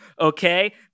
okay